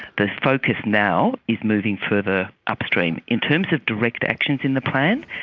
the focus now is moving further upstream. in terms of direct actions in the plan,